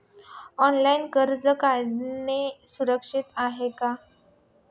Online कर्ज काढणे सुरक्षित असते का?